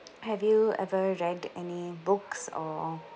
have you ever read any books or